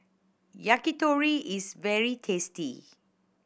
yakitori is very tasty